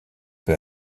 peu